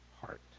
heart